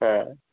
हा